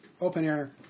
open-air